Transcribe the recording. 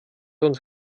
uns